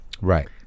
Right